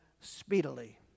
speedily